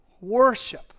Worship